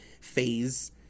phase